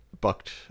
bucked